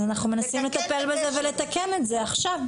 מנסים לטפל בזה ולתקן את זה עכשיו.